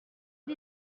des